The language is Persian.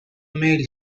میل